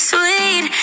Sweet